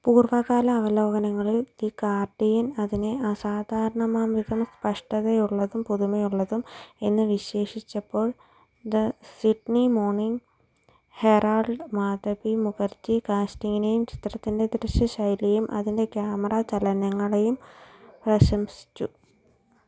പൂര്വകാല അവലോകനങ്ങളിൽ the Guardian അതിനെ അസാധാരണമാംവിധം സ്പഷ്ടതയുള്ളതും പുതുമയുള്ളതും എന്ന് വിശേഷിപ്പിച്ചപ്പോള് the Sydney Morning Herald Madhabi മുഖർജിയുടെ കാസ്റ്റിംഗിനെയും ചിത്രത്തിന്റെ ദൃശ്യ ശൈലിയെയും അതിന്റെ ക്യാമറ ചലനങ്ങളെയും പ്രശംസിച്ചു